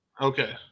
Okay